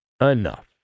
enough